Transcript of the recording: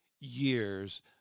years